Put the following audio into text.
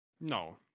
No